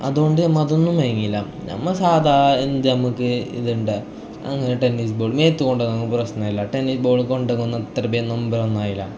അതുകൊണ്ട് നമ്മൾ അതൊന്നും വാങ്ങില്ല നമ്മൾ സാദാ എന്ത് നമുക്ക് ഇതുണ്ട് അങ്ങനെ ടെന്നീസ് ബോൾ മേത്ത് കൊണ്ടാൽ ഒന്നും പ്രശ്നമില്ല ടെന്നീസ് ബോൾ കൊണ്ട് അതൊന്നും അത്ര വേദനനൊമ്പരം ഒന്നും ആവില്ല